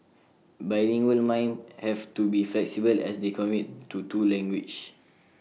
bilingual minds have to be flexible as they commit to two languages